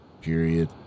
Period